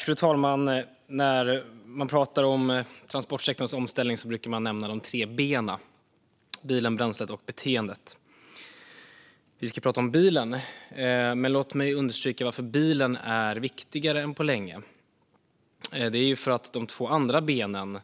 Fru talman! När man pratar om transportsektorns omställning brukar man nämna de tre b:na: bilen, bränslet och beteendet. Vi ska prata om bilen. Låt mig understryka varför bilen är viktigare än på länge. Det beror på att de två andra b:na